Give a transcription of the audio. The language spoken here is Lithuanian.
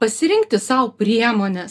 pasirinkti sau priemones